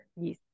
Yes